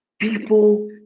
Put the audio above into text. people